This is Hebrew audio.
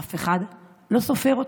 אף אחד לא סופר אתכם.